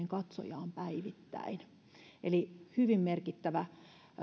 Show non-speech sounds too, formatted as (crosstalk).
(unintelligible) katsojaa päivittäin eli hyvin merkittävä